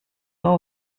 fin